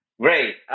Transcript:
Great